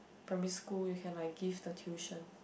primary school you can like give the tuition